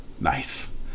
Nice